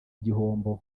igihombo